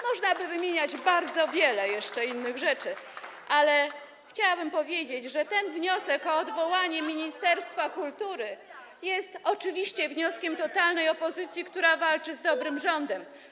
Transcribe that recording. Można by wymieniać jeszcze bardzo wiele innych rzeczy, ale chciałabym powiedzieć, że ten wniosek o odwołanie ministra kultury jest oczywiście wnioskiem totalnej opozycji, która walczy z dobrym rządem.